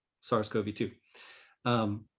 SARS-CoV-2